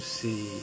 see